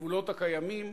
בגבולות הקיימים,